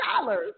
dollars